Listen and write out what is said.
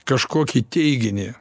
kažkokį teiginį